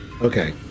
Okay